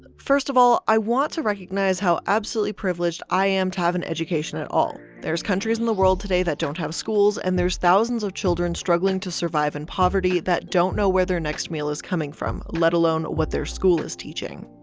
first of all, i want to recognize how absolutely privileged i am to have an education at all. there's countries in the world today that don't have schools, and there's thousands of children struggling to survive in poverty, that don't know where their next meal is coming from. let alone what their school is teaching.